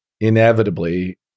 inevitably